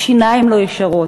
עם שיניים לא ישרות.